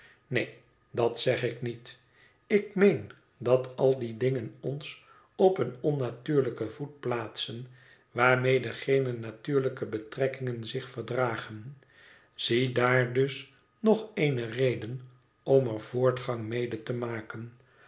neen dat zeg ik niet ik meen dat al die dingen ons op een onnatuurlijken voet plaatsen waarmede geene natuurlijke betrekkingen zich verdragen ziedaar dus nog eene reden om er voortgang mede te maken